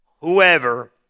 whoever